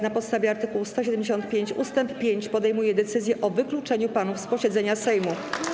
Na podstawie art. 175 ust. 5 podejmuję decyzję o wykluczeniu panów z posiedzenia Sejmu.